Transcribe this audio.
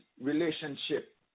relationship